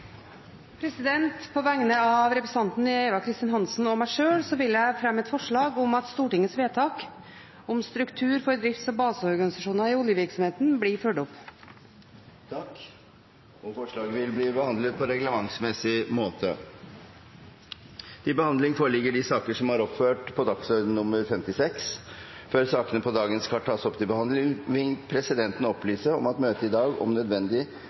På vegne av representanten Eva Kristin Hansen og meg sjøl vil jeg fremme et forslag om at Stortingets vedtak om struktur for drifts- og baseorganisasjoner i oljevirksomheten blir fulgt opp. Forslaget vil bli behandlet på reglementsmessig måte. Før sakene på dagens kart tas opp til behandling, vil presidenten opplyse om at møtet i dag om nødvendig